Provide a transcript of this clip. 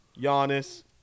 Giannis